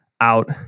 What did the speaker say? out